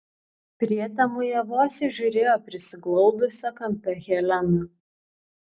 prietemoje vos įžiūrėjo prisiglaudusią kampe heleną